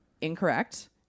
incorrect